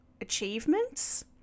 achievements